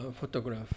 photograph